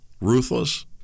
Ruthless